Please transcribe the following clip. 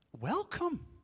Welcome